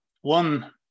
One